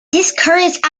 discouraged